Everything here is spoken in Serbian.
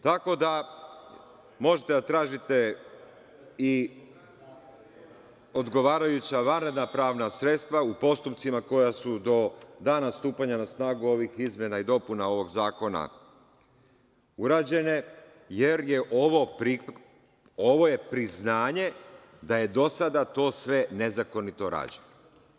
Tako da možete da tražite i odgovarajuća vanredna pravna sredstva u postupcima koja su do dana stupanja na snagu ovih izmena i dopuna ovog zakona urađene, jer je ovo priznanje da je do sada to sve nezakonito rađeno.